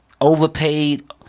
overpaid